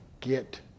get